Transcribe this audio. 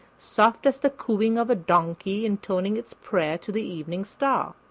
soft as the cooing of a donkey intoning its prayer to the evening star.